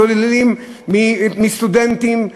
שוללים מסטודנטים,